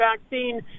vaccine